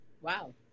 Wow